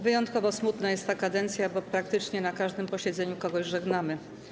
Wyjątkowo smutna jest ta kadencja, bo praktycznie na każdym posiedzeniu kogoś żegnamy.